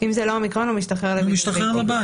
אם זה לא אומיקרון, הוא משתחרר הביתה.